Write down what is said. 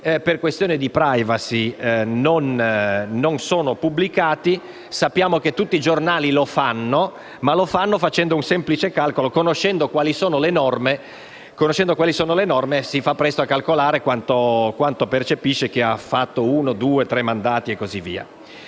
del senatore Santangelo)*. Sappiamo che tutti i giornali lo fanno, ma lo fanno sulla base di un semplice calcolo: conoscendo quali sono le norme, si fa presto a calcolare quanto percepisce chi ha fatto uno, due, tre mandati e così via.